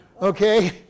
Okay